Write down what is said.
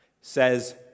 says